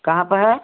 कहाँ पे है